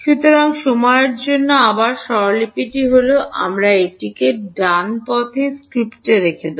সুতরাং সময়ের জন্য আবার স্বরলিপিটি হল আমরা এটিকে ডানপথে স্ক্রিপ্টে রেখে দেব